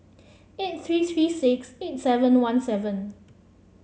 eight three three six eight seven one seven